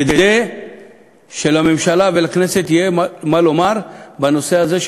כדי שלממשלה ולכנסת יהיה מה לומר בנושא הזה,